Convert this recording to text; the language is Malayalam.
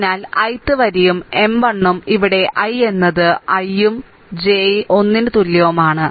അതിനാൽ ith വരിയും M 1 1 ഉം ഇവിടെ i എന്നത് 1 ഉം j 1 ന് തുല്യവുമാണ്